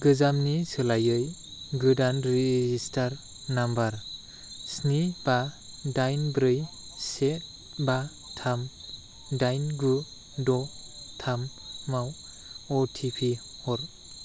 गोजामनि सोलायै गोदान रेजिस्टार्ड नाम्बार स्नि बा दाइन ब्रै से बा थाम दाइन गु द' थाम आव अटिपि हर